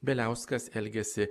bieliauskas elgėsi